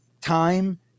time